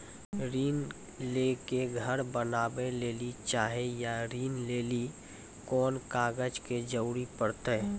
ऋण ले के घर बनावे लेली चाहे या ऋण लेली कोन कागज के जरूरी परतै?